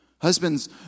Husbands